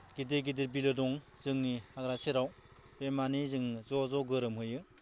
गिदिर गिदिर बिलो दं जोंनि हाग्रा सेराव बे माने जों ज' ज' गोरोमहैयो